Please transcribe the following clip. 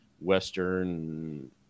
Western